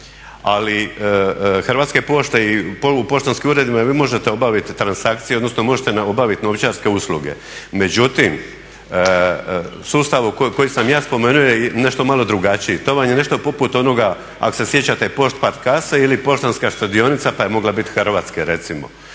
ali Hrvatske pošte i polupoštanskim uredima vi možete obaviti transakcije odnosno možete obaviti novčarske usluge. međutim sustav koji sam ja spomenuo je nešto malo drugačiji, to vam je nešto poput onoga ako se sjećate … kase ili poštanska štedionica pa je mogla biti hrvatski.